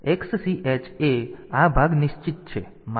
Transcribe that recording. તેથી XCH A આ ભાગ નિશ્ચિત છે